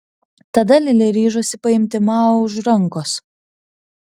tada lili ryžosi paimti mao už rankos